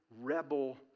rebel